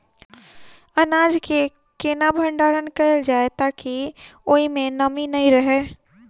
अनाज केँ केना भण्डारण कैल जाए ताकि ओई मै नमी नै रहै?